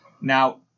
Now